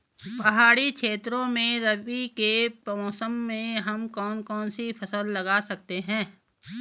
पहाड़ी क्षेत्रों में रबी के मौसम में हम कौन कौन सी फसल लगा सकते हैं?